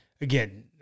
again